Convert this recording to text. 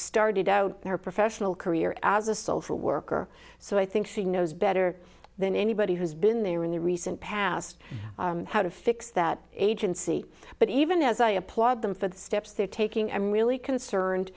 started out her professional career as a social worker so i think she knows better than anybody who's been there in the recent past how to fix that agency but even as i applaud them for the steps they're taking i'm really concerned